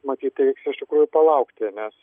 matyt tai reiks iš tikrųjų palaukti nes